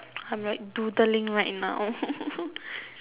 I'm like doodling right now